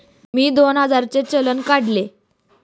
मी दोन हजारांचे चलान काढले